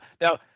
now